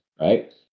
right